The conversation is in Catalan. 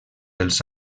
els